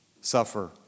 suffer